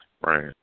right